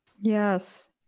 Yes